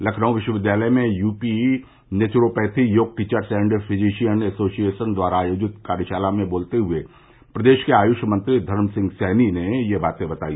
लखनऊ विश्वविद्यालय में UP naturopathy yoga teachers and physician association द्वारा आयोजित कार्यशाला में बोलते हुए प्रदेश के आयुष मंत्री धर्म सिंह सैनी ने यह बाते बताई